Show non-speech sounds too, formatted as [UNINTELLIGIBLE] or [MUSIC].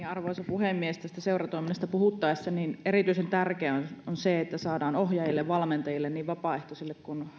[UNINTELLIGIBLE] arvoisa puhemies tästä seuratoiminnasta puhuttaessa erityisen tärkeää on se että saadaan ohjaajille valmentajille niin vapaaehtoisille